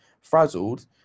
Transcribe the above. frazzled